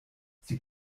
sie